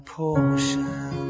portion